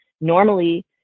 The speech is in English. normally